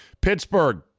Pittsburgh